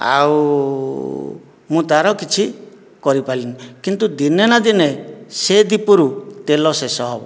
ଆଉ ମୁଁ ତା'ର କିଛି କରି ପାରିଲିନି କିନ୍ତୁ ଦିନେ ନା ଦିନେ ସେ ଦୀପରୁ ତେଲ ଶେଷ ହେବ